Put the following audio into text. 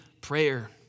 prayer